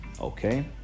okay